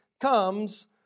comes